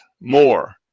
more